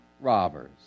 robbers